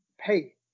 pay